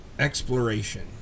exploration